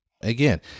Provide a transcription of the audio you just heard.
Again